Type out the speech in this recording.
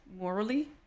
morally